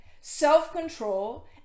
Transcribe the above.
self-control